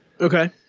Okay